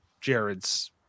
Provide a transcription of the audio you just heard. Jared's